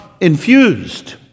infused